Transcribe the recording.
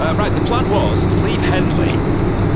um right the plan was to leave henley,